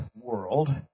world